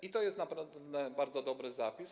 I to jest naprawdę bardzo dobry zapis.